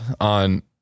on